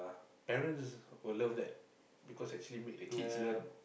parents will love that because actually make the kids learn